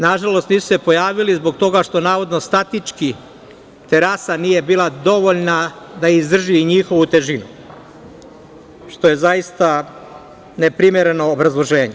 Nažalost, nisu se pojavili zbog toga što, navodno, statički terasa nije bila dovoljna da izdrži i njihovo težinu, što je zaista neprimereno obrazloženju.